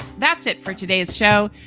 that's it for today's show.